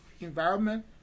environment